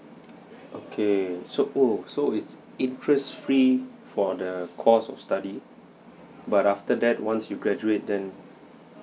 okay so oh so it's interest free for the course of study but after that once you graduate then